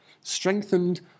Strengthened